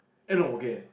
and no again